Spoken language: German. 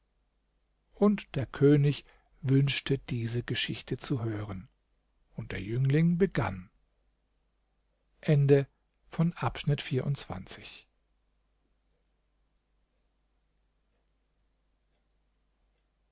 und seines veziers der könig wünschte diese geschichte zu hören und der jüngling begann